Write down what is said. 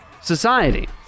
society